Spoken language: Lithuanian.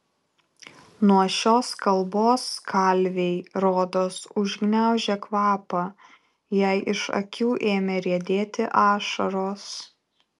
nuo šios kalbos kalvei rodos užgniaužė kvapą jai iš akių ėmė riedėti ašaros